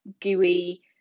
gooey